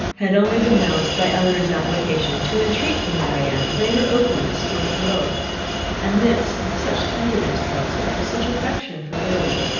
had only been roused by elinor's application, to intreat from marianne greater openness towards them both and this, with such tenderness towards her, such affection for willoughby,